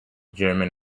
german